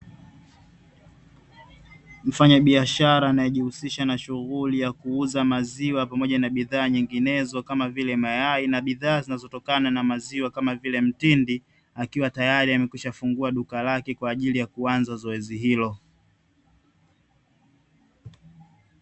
Mfanyabiashara anayejihusisha na shughuli ya kuuza maziwa pamoja na bidhaa nyinginezo, kama vile mayai na bidhaa zinazotokana na maziwa kama vile mtindi, akiwa tayari ameshafungua duka lake kwa ajili ya kuanza zoezi hilo.